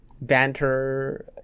banter